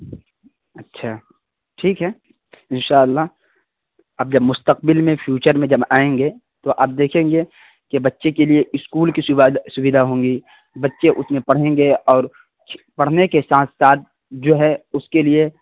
اچھا ٹھیک ہے ان شاء اللہ اب جب مستقبل میں فیوچر میں جب آئیں گے تو آپ دیکھیں گے کہ بچے کے لیے اسکول کی سویدھا ہوں گی بچے اس میں پڑھیں گے اور پڑھنے کے ساتھ ساتھ جو ہے اس کے لیے